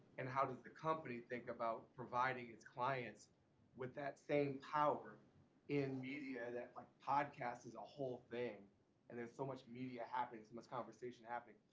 and how does the company think about providing its clients with that same power in media that like podcasts as a whole and there's so much media happening and much conversation happening?